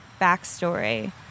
backstory